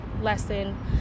lesson